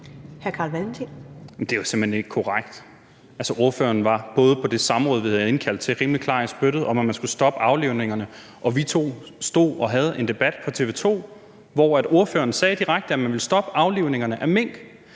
det er jo simpelt hen ikke korrekt. Ordføreren var på det samråd, vi havde indkaldt til, rimelig klar i spyttet om, at man skulle stoppe aflivningerne. Og vi to stod og havde en debat på TV 2, hvor ordføreren direkte sagde, at man ville stoppe aflivningerne af mink.